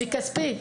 מכספי.